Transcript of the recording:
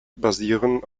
basieren